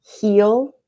heal